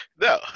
No